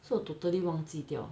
so 我 totally 忘记掉